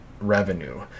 revenue